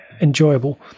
enjoyable